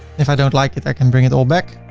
if i don't like it i can bring it all back.